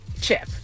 Chip